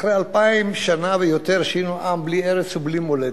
אחרי אלפיים שנה ויותר שהיינו עם בלי ארץ ובלי מולדת,